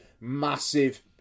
massive